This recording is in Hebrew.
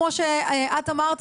כמו שאת אמרת,